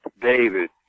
David